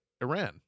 iran